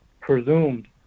presumed